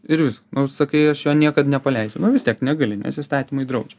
ir viskas nu sakai aš jo niekad nepaleisiu nu vis tiek negali nes įstatymai draudžia